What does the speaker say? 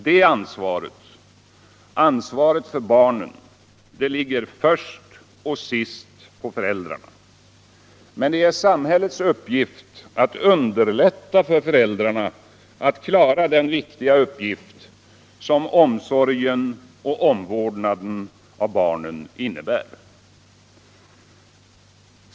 Det ansvaret — ansvaret för barnen — ligger först och sist på föräldrarna. Men det är samhällets uppgift att underlätta för föräldrarna att klara den viktiga uppgift som omsorgen och omvårdnaden av barnen innebär.